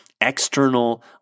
external